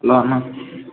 hello అన్న